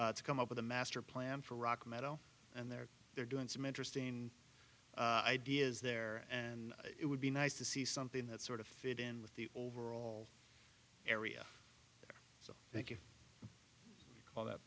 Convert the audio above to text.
to come up with a master plan for rock metal and there they're doing some interesting ideas there and it would be nice to see something that sort of fit in with the overall area so thank you all that